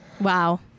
Wow